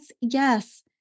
yes